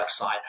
website